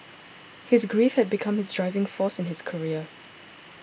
his grief had become his driving force in his career